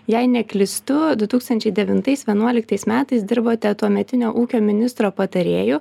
jei neklystu du tūkstančiai devintais vienuoliktais metais dirbote tuometinio ūkio ministro patarėju